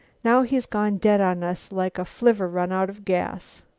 now he's gone dead on us, like a flivver run out of gas.